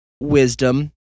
wisdom